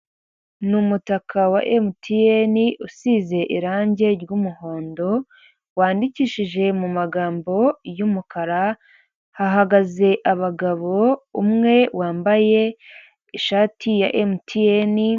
Ni umutaka wa MTN usize irangi ry’umuhondo, wandikishije mu magambo y’umukara, hahagaze abagabo umwe wambaye ishati ya MTN.